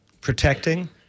protecting